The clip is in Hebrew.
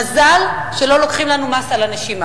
מזל שלא לוקחים לנו מס על הנשימה.